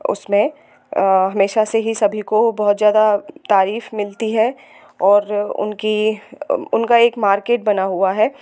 उसमें हमेशा से ही सभी को बहुत ज़्यादा तारीफ मिलती है और उनकी उनका एक मार्केट बना हुआ है